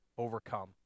overcome